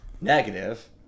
negative